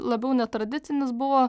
labiau netradicinis buvo